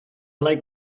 like